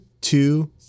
two